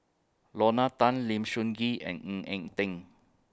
Lorna Tan Lim Sun Gee and Ng Eng Teng